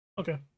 Okay